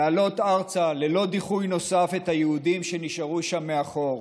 להעלות ארצה ללא דיחוי נוסף את היהודים שנשארו שם מאחור,